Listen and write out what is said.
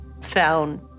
found